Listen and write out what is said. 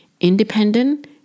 independent